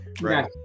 Right